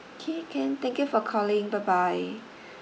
okay can thank you for calling bye bye